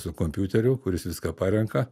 su kompiuteriu kuris viską parenka